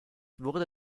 wurde